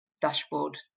dashboard